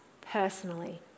personally